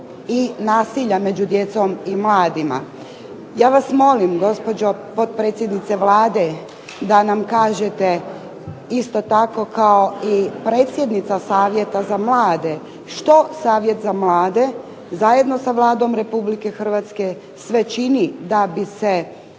i nasilja među djecom i mladima. Ja vas molim gospođo potpredsjednice Vlade, da nam kažete, isto tako kao i predsjednica Savjeta za mlade što Savjet za mlade, zajedno sa Vladom Republike Hrvatske sve čini da bi se